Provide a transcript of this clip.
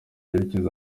yerekeza